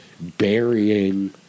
burying